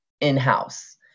in-house